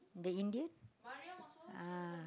the Indian ah